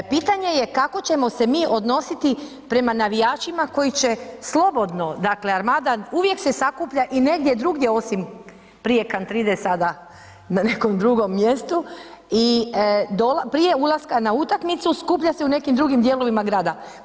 Pitanje je kako ćemo se mi odnositi prema navijačima koji će slobodno, dakle, Armada, uvijek se sakuplja i negdje drugdje osim prije Kantride sada na nekom drugom mjestu i prije ulaska na utakmicu skuplja se u nekim drugim dijelovima grada.